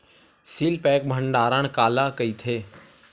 Seal pack भंडारण काला कइथे?